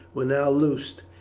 were now loosed,